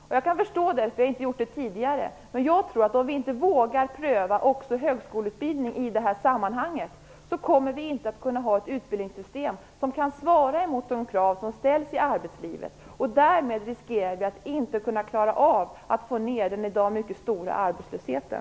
Och jag kan förstå det. Men jag tror att om vi inte vågar pröva också högskoleutbildning i det här sammanhanget kommer vi inte att få ett utbildningssystem som kan svara mot de krav som ställs i arbetslivet, och då riskerar vi att inte klara av att få ned den i dag mycket stora arbetslösheten.